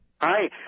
Hi